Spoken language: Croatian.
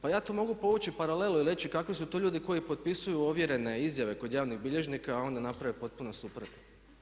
Pa ja tu mogu povući paralelu i reći kakvi su to ljudi koji potpisuju ovjerene izjave kod javnih bilježnika a onda naprave potpuno suprotno.